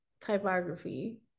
typography